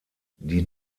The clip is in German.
die